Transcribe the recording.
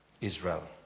Israel